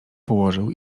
położył